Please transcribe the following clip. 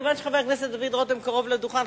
כיוון שחבר הכנסת דוד רותם קרוב לדוכן,